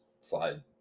slide